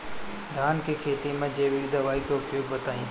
धान के खेती में जैविक दवाई के उपयोग बताइए?